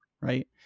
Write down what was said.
right